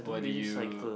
what do you